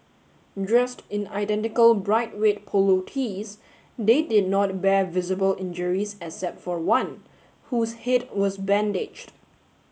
dressed in identical bright red polo tees they did not bear visible injuries except for one whose head was bandaged